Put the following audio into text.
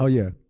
ah yeah,